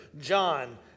John